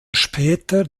später